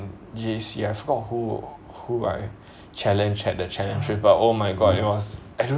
J_C I forgot who who I challenged had the challenge with but oh my god it was I don't